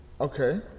Okay